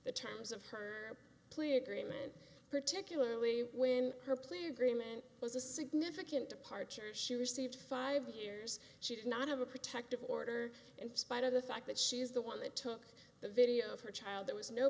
the terms of her plea agreement particularly when her plea agreement was a significant departure she received five years she did not have a protective order in spite of the fact that she is the one that took the video of her child there was no